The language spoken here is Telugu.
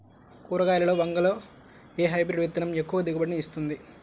కూరగాయలలో వంగలో ఏ హైబ్రిడ్ విత్తనం ఎక్కువ దిగుబడిని ఇస్తుంది?